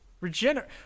Regenerate